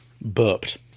Burped